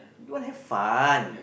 you want have fun